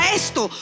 esto